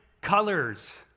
colors